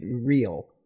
real